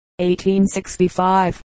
1865